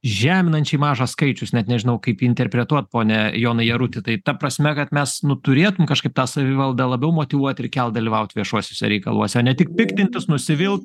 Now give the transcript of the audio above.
žeminančiai mažas skaičius net nežinau kaip jį interpretuot pone jonai jaruti tai ta prasme kad mes nu turėtum kažkaip tą savivaldą labiau motyvuot ir kelt dalyvaut viešuosiuose reikaluose o ne tik piktintis nusivilt